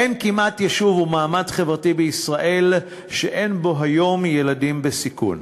אין כמעט יישוב ומעמד חברתי בישראל שאין בו היום ילדים בסיכון.